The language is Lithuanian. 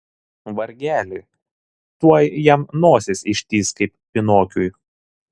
vargeli tuoj jam nosis ištįs kaip pinokiui